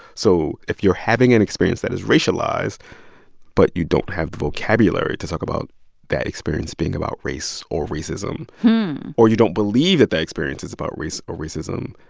so if you're having an experience that is racialized but you don't have the vocabulary to talk about that experience being about race or racism or you don't believe that that experience is about race or racism,